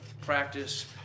practice